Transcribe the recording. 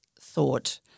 thought